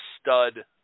stud